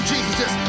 Jesus